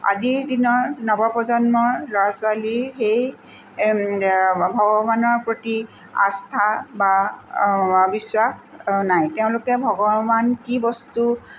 আজিৰ দিনৰ নৱপ্ৰজন্মৰ ল'ৰা ছোৱালী সেই ভগৱানৰ প্ৰতি আস্থা বা বিশ্বাস নাই তেওঁলোকে ভগৱান কি বস্তু